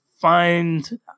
find